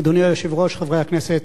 אדוני היושב-ראש, חברי הכנסת,